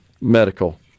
medical